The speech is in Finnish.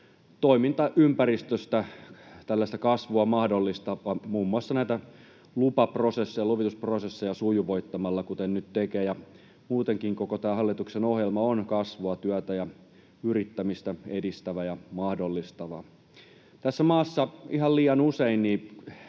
toimintaympäristöstä tällaista kasvua mahdollistavaa, muun muassa näitä lupaprosesseja, luvitusprosesseja, sujuvoittamalla, kuten se nyt tekee. Muutenkin koko tämä hallituksen ohjelma on kasvua, työtä ja yrittämistä edistävä ja mahdollistava. Tässä maassa ihan liian usein